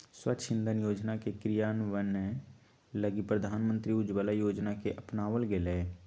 स्वच्छ इंधन योजना के क्रियान्वयन लगी प्रधानमंत्री उज्ज्वला योजना के अपनावल गैलय